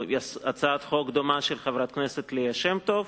הצעת חוק דומה של חברת הכנסת ליה שמטוב.